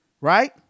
right